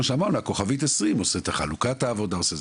שאמרנו כוכבית 0120 עושה את חלוקת העבודה.